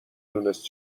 دونست